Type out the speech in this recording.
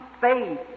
faith